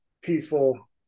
peaceful